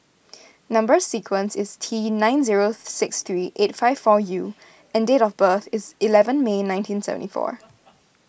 Number Sequence is T nine zero six three eight five four U and date of birth is eleven May nineteen seventy four